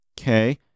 Okay